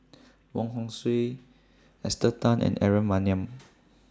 Wong Hong Suen Esther Tan and Aaron Maniam